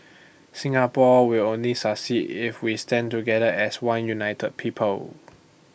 Singapore will only succeed if we stand together as one united people